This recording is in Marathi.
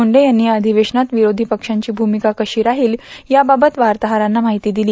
मुंडे यांनी या अधिवेश्वनात विरोधी पक्षांची भूमिका कश्री राहिल याबाबत वार्ताहरांना माहिती दिली